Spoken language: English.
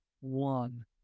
one